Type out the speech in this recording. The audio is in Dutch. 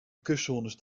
kustzones